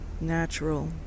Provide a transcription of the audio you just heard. natural